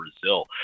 Brazil